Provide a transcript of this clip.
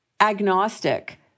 agnostic